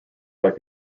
like